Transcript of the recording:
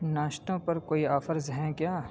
ناشتوں پر کوئی آفرز ہیں کیا